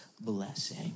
blessing